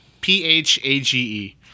P-H-A-G-E